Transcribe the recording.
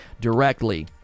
directly